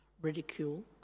ridicule